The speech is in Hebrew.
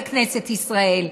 בכנסת ישראל,